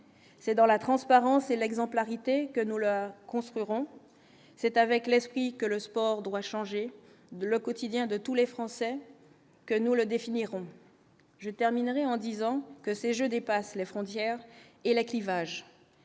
c'est dans la transparence et l'exemplarité que nous le construirons c'est avec l'esprit que le sport doit changer le quotidien de tous les Français que nous le définiront je terminerai en disant que ces je dépasse les frontières et les clivages,